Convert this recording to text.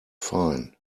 fine